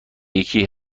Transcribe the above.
یکی